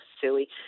silly